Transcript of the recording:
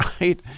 right